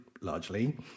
largely